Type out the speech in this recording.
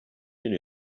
you